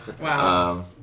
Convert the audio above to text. Wow